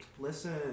Listen